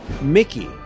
Mickey